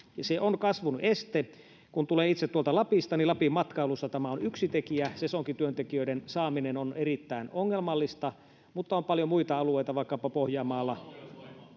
se on kasvun este kun tulen itse tuolta lapista niin lapin matkailussa tämä on yksi tekijä sesonkityöntekijöiden saaminen on erittäin ongelmallista mutta on paljon muita alueita vaikkapa pohjanmaalla